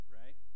right